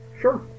Sure